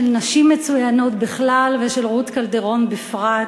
של נשים מצוינות בכלל ושל רות קלדרון בפרט,